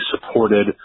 supported